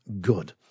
good